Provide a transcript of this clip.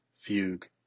fugue